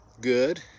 good